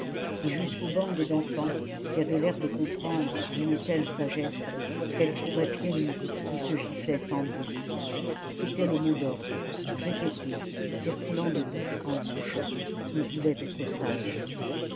et jusqu'aux bandes d'enfants qui avaient l'air de comprendre d'une telle sagesse qu'elles couraient pieds nus et se giflaient sans bruit c'était le mot d'ordre répété circulant de bouche en bouche on voulait être sage